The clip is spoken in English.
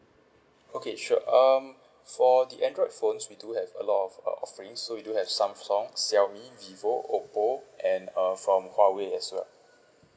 okay sure um for the android phones we do have a lot of uh offering so we do have samsung xiaomi vivo oppo and uh from huawei as well